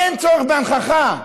אין צורך בהנכחה.